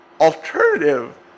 alternative